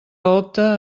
opte